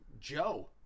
Joe